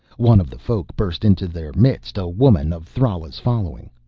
one of the folk burst into their midst, a woman of thrala's following.